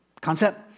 Concept